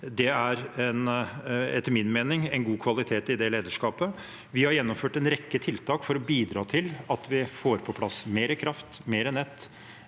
Det er etter min mening en god kvalitet i det lederskapet. Vi har i løpet av det siste året gjennomført en rekke tiltak for å bidra til at vi får på plass mer kraft, mer nett